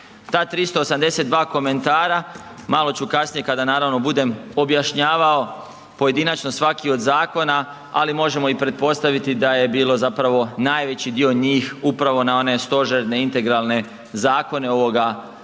Ta 382 komentara, malo ću kasnije kada naravno bude objašnjavao pojedinačno svaki od zakona, ali možemo i pretpostaviti da je bilo zapravo najveći dio njih upravo na one stožerne, integralne zakone ovoga